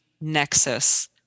nexus